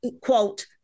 quote